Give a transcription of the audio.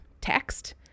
text